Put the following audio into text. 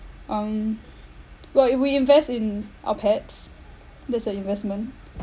um what we invest in our pets that's the investment